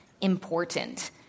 important